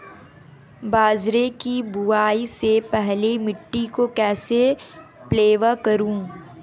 बाजरे की बुआई से पहले मिट्टी को कैसे पलेवा करूं?